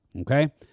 okay